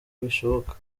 bishoboka